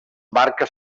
marca